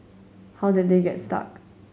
how did they get stuck